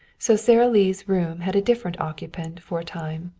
so sara lee's room had a different occupant for a time,